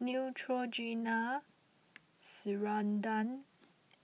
Neutrogena Ceradan